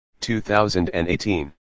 2018